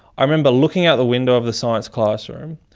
i remember looking out the window of the science classroom,